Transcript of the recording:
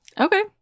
Okay